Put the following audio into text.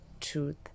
truth